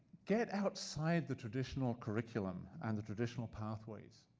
get outside the traditional curriculum and the traditional pathways.